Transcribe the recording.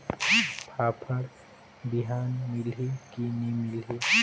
फाफण बिहान मिलही की नी मिलही?